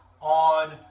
on